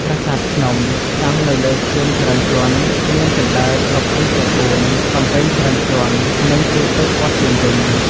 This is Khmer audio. ប្រាសាទភ្នំ: សង់នៅលើខឿនច្រើនជាន់ មានជណ្តើរគ្រប់ទិសទាំងបួន កំពែងច្រើនជាន់ និងគូទឹកព័ទ្ធជុំវិញ។